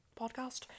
podcast